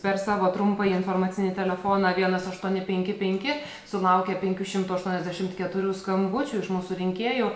per savo trumpąjį informacinį telefoną vienas aštuoni penki penki sulaukė penkių šimtų aštuoniasdešimt keturių skambučių iš mūsų rinkėjų